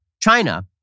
China